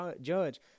judge